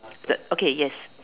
okay yes